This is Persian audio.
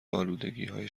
الودگیهای